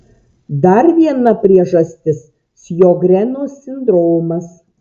dar viena priežastis sjogreno sindromas